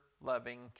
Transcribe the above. loving